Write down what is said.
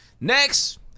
Next